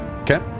Okay